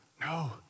No